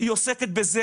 היא עוסקת בזה